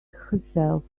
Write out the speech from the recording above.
herself